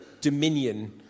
dominion